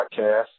podcast